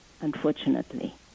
unfortunately